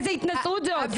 איזה התנשאות זאת,